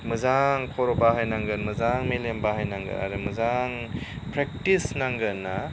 मोजां खर' बाहायनांगोन मोजां मेलेम बाहायनांगोन आरो मोजां प्रेक्टिस नांगोन ना